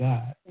God